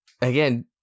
again